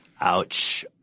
Ouch